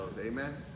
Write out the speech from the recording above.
Amen